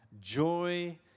joy